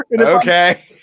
okay